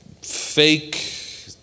fake